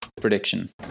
prediction